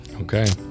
Okay